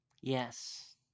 Yes